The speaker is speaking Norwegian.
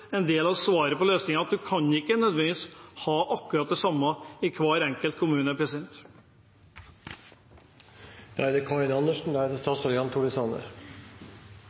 en del av svaret og løsningen at man ikke nødvendigvis kan ha akkurat det samme i hver enkelt kommune. SV er